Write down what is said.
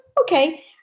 okay